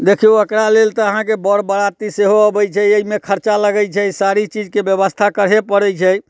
देखियौ एकरा लेल तऽ अहाँकेँ बर बरियाती सेहो अबैत छै एहिमे खर्चा लगैत छै सारी चीजके व्यवस्था करहे पड़ैत छै